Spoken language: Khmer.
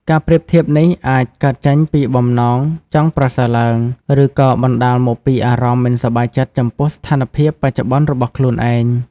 ការប្រៀបធៀបនេះអាចកើតចេញពីបំណងចង់ប្រសើរឡើង ឬក៏បណ្តាលមកពីអារម្មណ៍មិនសប្បាយចិត្តចំពោះស្ថានភាពបច្ចុប្បន្នរបស់ខ្លួនឯង។